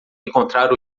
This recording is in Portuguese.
encontrar